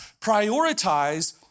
prioritize